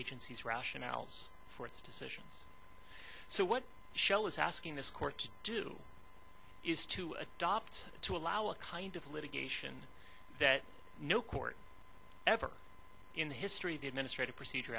agency's rationales for its decisions so what shell is asking this court to do is to adopt to allow a kind of litigation that no court ever in the history of the administrative procedure